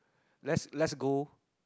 let's let's go